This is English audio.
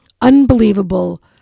unbelievable